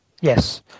Yes